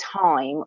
time